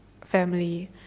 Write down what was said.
family